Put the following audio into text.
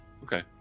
Okay